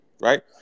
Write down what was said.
right